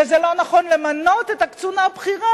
וזה לא נכון למנות את הקצונה הבכירה